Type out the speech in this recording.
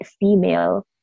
female